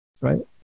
right